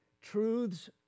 truths